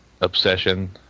obsession